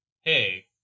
hey